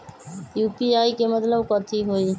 UPI के मतलब कथी होई?